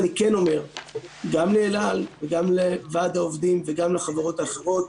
אני כן אומר גם לאל על וגם לוועד העובדים וגם לחברות האחרות: